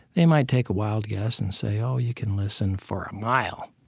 they might take a wild guess and say, oh, you can listen for a mile.